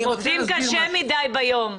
הם עובדים קשה מדי ביום.